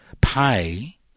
pay